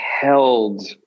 held